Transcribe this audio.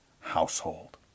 household